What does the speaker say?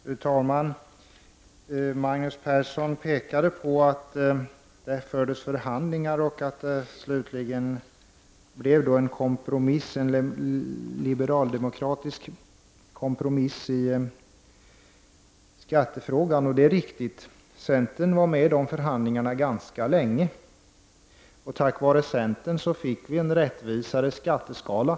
Fru talman! Magnus Persson påpekade att det fördes förhandlingar och att det slutligen gjordes en kompromiss i skattefrågan. Det är riktigt. Centern var med i de förhandlingarna ganska länge. Tack vare centerns medverkan fick vi en rättvisare skatteskala.